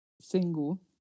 single